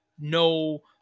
no